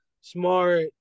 Smart